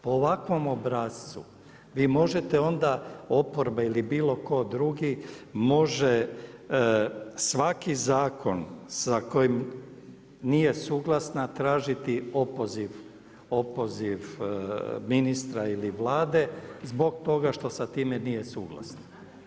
Po ovakvom obrascu vi možete onda oporba ili bilo tko drugi može svaki zakon sa kojim nije suglasna tražiti opoziv ministra ili Vlade zbog toga što sa time nije suglasna.